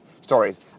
stories